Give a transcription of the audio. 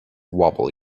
wobble